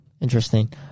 Interesting